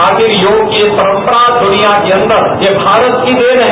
आगे योग की यह परम्परा दुनिया के अन्दर यह भारत की देन है